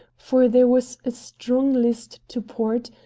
for there was a strong list to port,